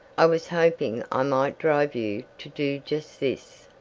i was hoping i might drive you to do just this.